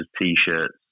T-shirts